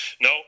No